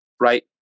right